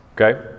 Okay